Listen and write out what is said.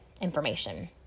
information